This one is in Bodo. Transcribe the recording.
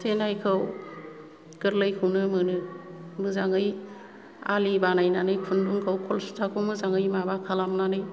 सुथेनायखाै गोरलैखौनो मोनो मोजाङै आलि बानायनानै खुन्दुंखौ खलसुथाखौ मोजाङै माबा खालामनानै